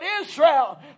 Israel